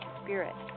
spirit